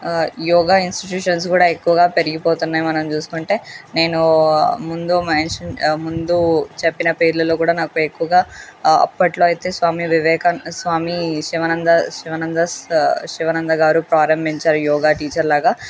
yoga institutions కూడా ఎక్కువగా పెరిగిపోతున్నాయి మనం చూసుకుంటే నేను ముందు మ ముందు చెప్పిన పేర్లలో కూడా నాకు ఎక్కువగా అప్పట్లో అయితే స్వామి వివేకానంద స్వామి శివానంద శివానంద స్ శివనంద గారు ప్రారంభించారు యోగా టీచర్లాగా